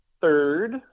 third